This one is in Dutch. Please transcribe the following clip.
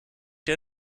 jij